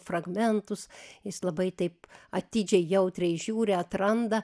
fragmentus jis labai taip atidžiai jautriai žiūri atranda